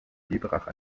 biberach